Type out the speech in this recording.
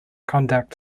conduct